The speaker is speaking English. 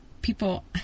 People